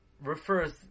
refers